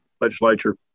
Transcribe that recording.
legislature